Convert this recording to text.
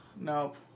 nope